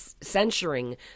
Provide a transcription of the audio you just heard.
censuring